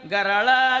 Garala